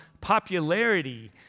popularity